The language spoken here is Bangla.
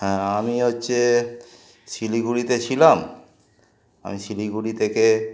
হ্যাঁ আমি হচ্ছে শিলিগুড়িতে ছিলাম আমি শিলিগুড়ি থেকে